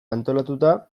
antolatua